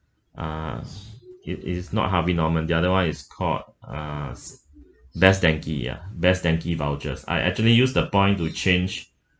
uh it is not harvey norman the other one is called uh best denki ya best denki vouchers I actually use the point to change